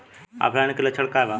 ऑफलाइनके लक्षण क वा?